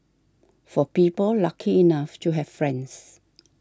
for people lucky enough to have friends